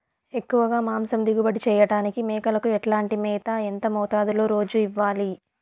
ఎక్కువగా మాంసం దిగుబడి చేయటానికి మేకలకు ఎట్లాంటి మేత, ఎంత మోతాదులో రోజు ఇవ్వాలి?